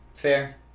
Fair